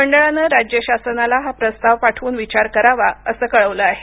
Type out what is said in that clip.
मंडळानं राज्य शासनाला हा प्रस्ताव पाठवून विचार करावा असं कळवलं आहे